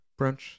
brunch